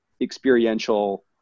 experiential